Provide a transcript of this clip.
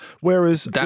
whereas